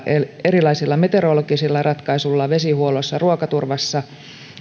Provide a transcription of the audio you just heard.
erilaisilla meteorologisilla ratkaisuilla vesihuollossa ruokaturvassa kun